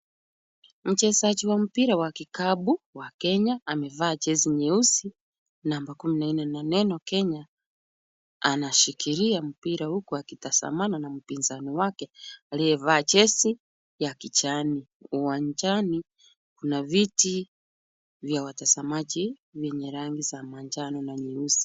Mchezaji wa mpira wa kikapu wa Kenya amevaa jezi nyeusi, namba kumi na nne neno Kenya. Anashikilia mpira huku akitasamana na mpinzani wake aliyevaa jezi ya kijani. Uwanjani kuna viti vya watazamaji vyenye rangi za manjano na nyeusi.